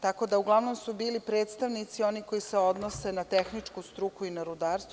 Tako da su uglavnom bili predstavnici oni koji se odnose na tehničku struku i na rudarstvo.